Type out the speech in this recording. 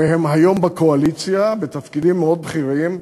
והם היום בקואליציה בתפקידים מאוד בכירים,